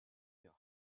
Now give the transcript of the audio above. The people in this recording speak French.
york